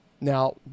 Now